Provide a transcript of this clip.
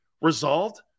resolved